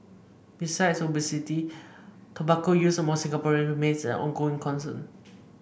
besides obesity tobacco use among Singaporeans remains an ongoing concern